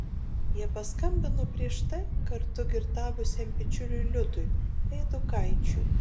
jie paskambino prieš tai kartu girtavusiam bičiuliui liudui eidukaičiui